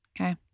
Okay